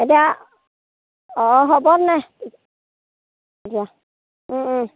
এতিয়া অঁ হ'ব নে দিয়া